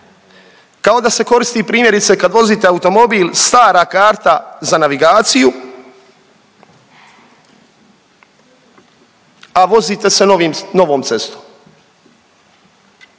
kao da se koristi primjerice kad vozite automobil stara karta za navigaciju, a vozite se novom cestom